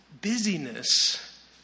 Busyness